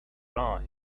life